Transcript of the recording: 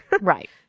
Right